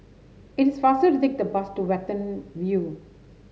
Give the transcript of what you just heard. it is faster to take the bus to Watten View